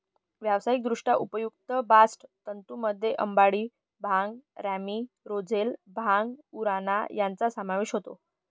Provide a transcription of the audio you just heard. व्यावसायिकदृष्ट्या उपयुक्त बास्ट तंतूंमध्ये अंबाडी, भांग, रॅमी, रोझेल, भांग, उराणा यांचा समावेश होतो